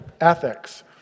ethics